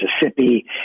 Mississippi